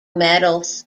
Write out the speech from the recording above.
medals